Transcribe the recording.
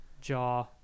jaw